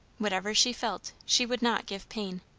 whatever she felt, she would not give pain.